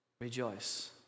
rejoice